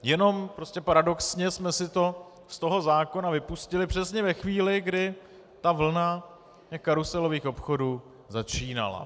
Jenom prostě paradoxně jsme si to ze zákona vypustili přesně ve chvíli, kdy vlna karuselových obchodů začínala.